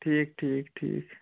ٹھیٖک ٹھیٖک ٹھیٖک